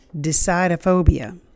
decidophobia